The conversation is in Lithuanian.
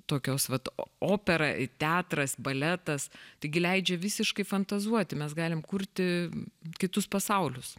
tokios vat opera teatras baletas taigi leidžia visiškai fantazuoti mes galim kurti kitus pasaulius